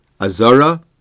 Azara